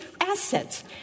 assets